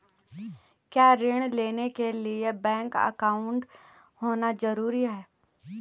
क्या ऋण लेने के लिए बैंक अकाउंट होना ज़रूरी है?